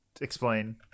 explain